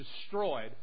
destroyed